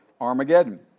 Armageddon